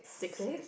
six